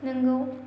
नोंगौ